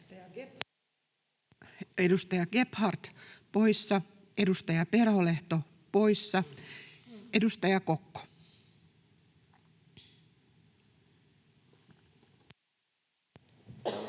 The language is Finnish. Edustaja Gebhard, poissa. Edustaja Perholehto, poissa. — Edustaja Kokko.